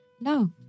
No